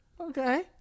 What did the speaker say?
Okay